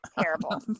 terrible